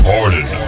Pardon